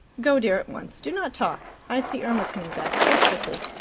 go, dear, at once do not talk. i see irma coming back go quickly.